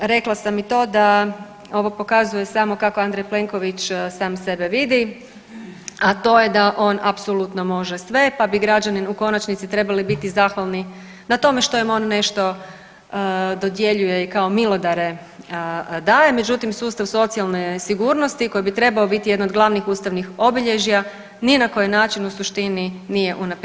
Rekla sam i to da ovo pokazuje samo kako Andrej Plenković sam sebe vidi, a to je da on apsolutno može sve, pa bi građani u konačnici trebali biti zahvalni na tome što im on nešto dodjeljuje i kao milodare daje, međutim sustav socijalne sigurnosti koji bi trebao biti jedan od glavnih ustavnih obilježja ni na koji način u suštini nije unaprijeđen.